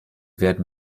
werden